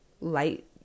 light